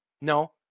No